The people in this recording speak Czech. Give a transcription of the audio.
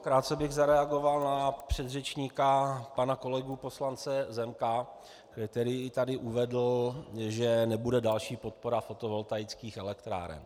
Krátce bych zareagoval na předřečníka pana kolegu poslance Zemka, který tady uvedl, že nebude další podpora fotovoltaických elektráren.